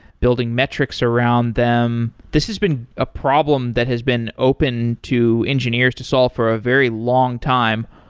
building metrics around them. this has been a problem that has been open to engineers to solve for a very long time.